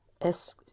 Es